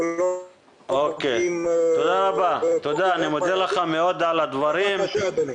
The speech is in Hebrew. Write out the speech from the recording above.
--- תודה, אני מודה לך מאוד על הדברים, אדוני.